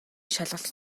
шалгалт